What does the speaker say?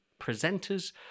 presenters